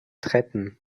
treppen